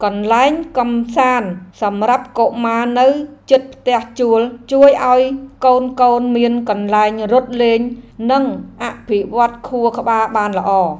កន្លែងកម្សាន្តសម្រាប់កុមារនៅជិតផ្ទះជួលជួយឱ្យកូនៗមានកន្លែងរត់លេងនិងអភិវឌ្ឍខួរក្បាលបានល្អ។